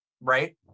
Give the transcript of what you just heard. right